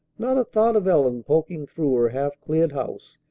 not a thought of ellen poking through her half-cleared house,